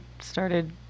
started